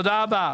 תודה רבה.